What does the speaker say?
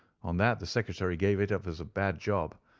on that the secretary gave it up as a bad job,